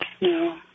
No